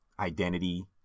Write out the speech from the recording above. Identity